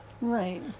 Right